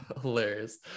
Hilarious